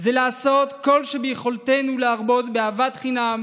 זה לעשות כל שביכולתנו כדי להרבות באהבת חינם